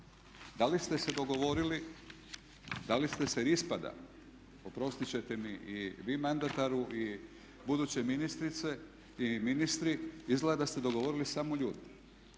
Da li ste se dogovorili, jer ispada, oprostit ćete mi i vi mandataru i buduće ministrice i ministri, izgleda da ste dogovorili samo ljude.